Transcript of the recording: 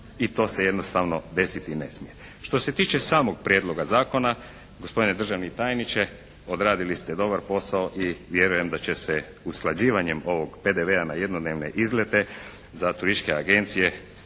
I to se jednostavno desiti ne smije. Što se tiče samog Prijedloga zakona gospodine državni tajniče odradili ste dobar posao i vjerujem da će se usklađivanjem ovog PDV-a na jednodnevne izlete za turističke agencije